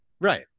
Right